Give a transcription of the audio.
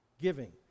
Giving